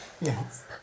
Yes